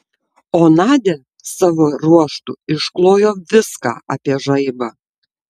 o nadia savo ruožtu išklojo viską apie žaibą